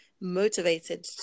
motivated